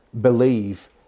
believe